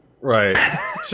Right